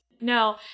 no